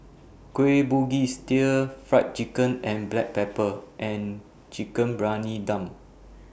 Kueh Bugis Stir Fried Chicken and Black Pepper and Chicken Briyani Dum